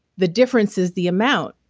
the difference is the amount.